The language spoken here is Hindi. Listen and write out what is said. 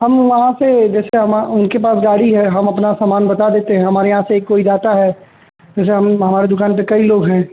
हम वहाँ से जैसे हमा उनके पास गाड़ी है हम अपना सामान बता देते हैं हमारे यहाँ से एक कोई जाता है जैसे हम हमारे दुकान पर कई लोग हैं